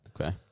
Okay